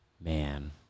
Man